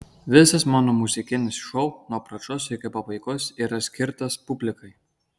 visas mano muzikinis šou nuo pradžios iki pabaigos yra skirtas publikai